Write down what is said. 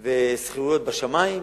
והשכירויות בשמים.